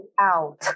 out